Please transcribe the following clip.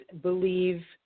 believe